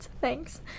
Thanks